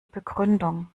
begründung